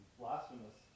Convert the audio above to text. blasphemous